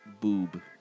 Boob